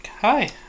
Hi